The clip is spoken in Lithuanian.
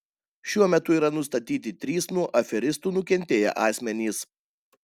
šiuo metu yra nustatyti trys nuo aferistų nukentėję asmenys